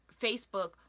Facebook